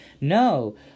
No